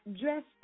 Dressed